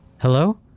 Hello